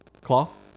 Cloth